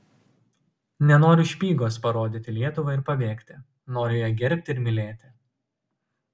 nenoriu špygos parodyti lietuvai ir pabėgti noriu ją gerbti ir mylėti